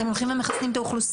אתם הולכים ומחסנים את האוכלוסייה.